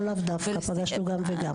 לאו דווקא, פגשנו גם וגם.